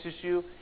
issue